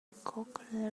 cochlear